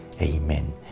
Amen